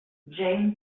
jane